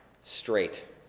Straight